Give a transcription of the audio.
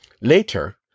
Later